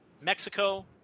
Mexico